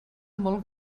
molt